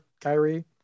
Kyrie –